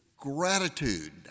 Gratitude